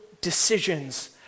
decisions